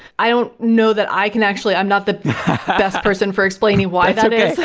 i don't know that i can actually i'm not the best person for explaining why that is